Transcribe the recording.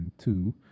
two